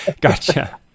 Gotcha